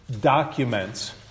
documents